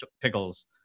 pickles